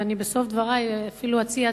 ובסוף דברי אני אציע הצעה,